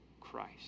Christ